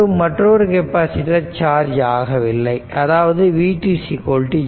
மற்றும் மற்றொரு capacitor charge ஆகவில்லை அதாவது v2 0